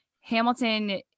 Hamilton